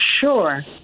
sure